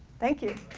thank you.